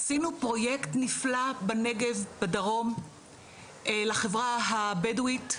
עשינו פרויקט נפלא בנגב בדרום לחברה הבדואית,